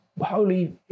holy